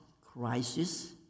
crisis